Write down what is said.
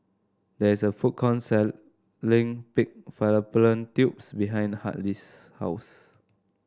there is a food count selling Pig Fallopian Tubes behind Hartley's house